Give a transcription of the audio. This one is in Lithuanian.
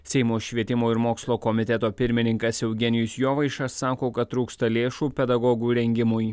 seimo švietimo ir mokslo komiteto pirmininkas eugenijus jovaiša sako kad trūksta lėšų pedagogų rengimui